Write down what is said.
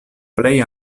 plej